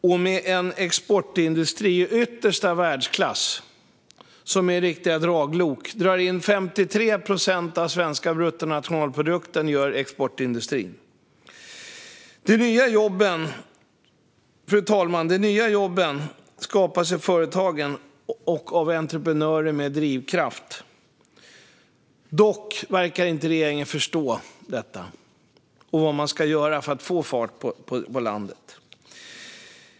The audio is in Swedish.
Vi har en exportindustri i yttersta världsklass som är ett riktigt draglok och som drar in 53 procent av den svenska bruttonationalprodukten. Fru talman! De nya jobben skapas i företagen och av entreprenörer med drivkraft. Dock verkar regeringen inte förstå detta och vad man ska göra för att få fart på landet.